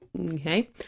Okay